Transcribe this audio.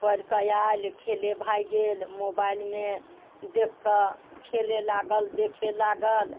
पढ़ि कऽ आयल खेले भागि गेल मोबाइलमे देख कऽ खेले लागल देखे लागल